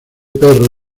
perro